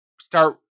start